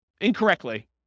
incorrectly